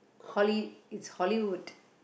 holly is hollywood